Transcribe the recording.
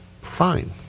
Fine